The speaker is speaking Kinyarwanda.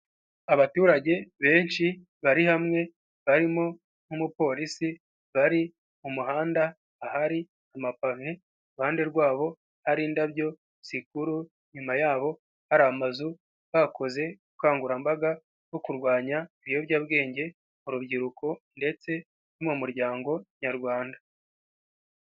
Abaturage benshi bari hamwe barimo n'umupolisi bari mu muhanda ahari amapave, iruhande rwabo hari indabyo zikuru, inyuma yaho hari amazu bakoze ubukangurambaga bwo kurwanya ibiyobyabwenge mu rubyiruko ndetse no mu muryango nyarwanda.